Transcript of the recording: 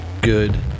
good